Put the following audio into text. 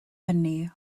hynny